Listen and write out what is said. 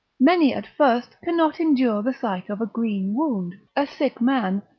many at first cannot endure the sight of a green wound, a sick man,